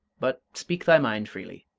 but speak thy mind freely.